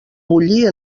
bullir